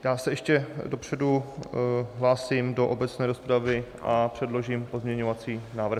Já se ještě dopředu hlásím do obecné rozpravy a předložím pozměňovací návrhy.